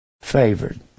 favored